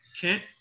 Kent